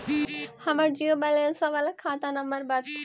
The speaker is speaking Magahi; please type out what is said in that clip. हमर जिरो वैलेनश बाला खाता नम्बर बत?